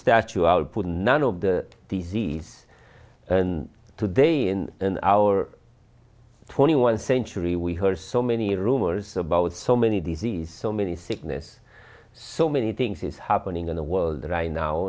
statue output none of the disease and today in an hour twenty one century we heard so many rumors about so many disease so many sickness so many things is happening in the world right now